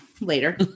later